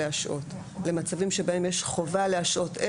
להשעות למצבים שבהם יש חובה להשעות,